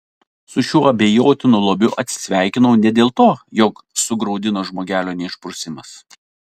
su šiuo abejotinu lobiu atsisveikinau ne dėl to jog sugraudino žmogelio neišprusimas